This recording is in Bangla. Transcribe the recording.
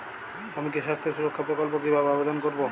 শ্রমিকের স্বাস্থ্য সুরক্ষা প্রকল্প কিভাবে আবেদন করবো?